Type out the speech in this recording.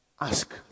ask